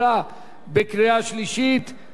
42 בעד, עשרה נגד.